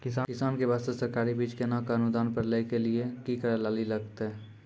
किसान के बास्ते सरकारी बीज केना कऽ अनुदान पर लै के लिए की करै लेली लागतै?